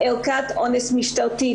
ערכת אונס משטרתית.